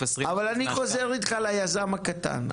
אני חוזר איתך ליזם הקטן.